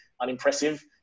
unimpressive